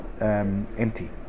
empty